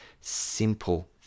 simple